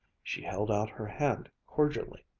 she held out her hand cordially.